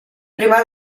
prima